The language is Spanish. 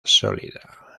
sólida